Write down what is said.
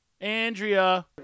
Andrea